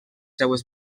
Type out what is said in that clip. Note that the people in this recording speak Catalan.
seves